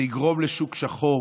זה יגרום לשוק שחור,